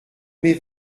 mes